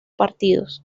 partidos